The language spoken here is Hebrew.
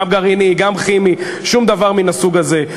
גם גרעיני, גם כימי, שום דבר מהסוג הזה.